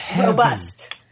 Robust